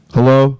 Hello